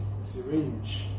syringe